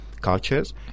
cultures